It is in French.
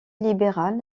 libéral